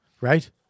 right